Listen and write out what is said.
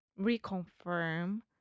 reconfirm